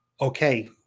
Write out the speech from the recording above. okay